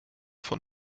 von